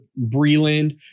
Breland